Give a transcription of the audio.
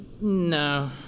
no